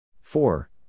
four